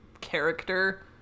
character